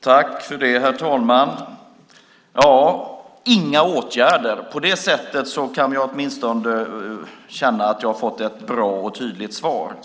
Herr talman! Inga åtgärder. På det sättet kan jag åtminstone känna att jag har fått ett bra och tydligt svar.